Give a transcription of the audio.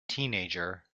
teenager